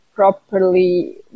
Properly